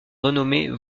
renommée